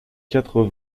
quatre